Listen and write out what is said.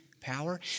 power